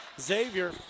Xavier